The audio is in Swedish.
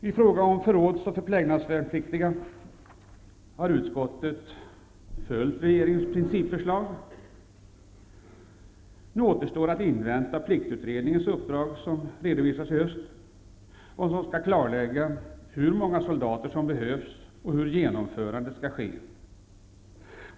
I fråga om förråds och förplägnadsvärnpliktiga har utskottet följt regeringens principförslag. Nu återstår att invänta pliktutredningens uppdrag som skall redovisas i höst och som skall klarlägga hur många soldater som behövs och hur genomförandet skall ske.